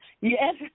Yes